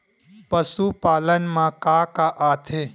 पशुपालन मा का का आथे?